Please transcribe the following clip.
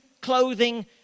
clothing